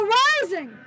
rising